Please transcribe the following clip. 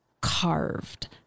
carved